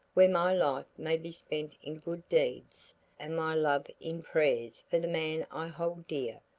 where my life may be spent in good deeds and my love in prayers for the man i hold dear,